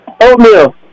Oatmeal